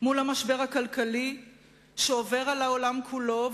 מול המשבר הכלכלי שעובר על העולם כולו,